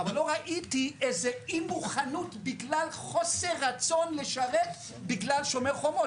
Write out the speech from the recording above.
אבל לא ראיתי איזה אי מוכנות בגלל חוסר רצון לשרת בגלל "שומר חומות",